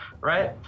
right